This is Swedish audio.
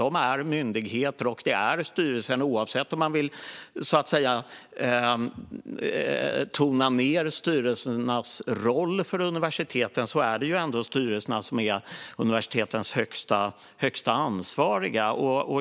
De är myndigheter, och oavsett om man vill tona ned styrelsernas roll för universiteten är det styrelserna som är universitetens högsta ansvariga.